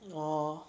orh